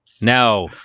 Now